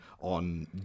on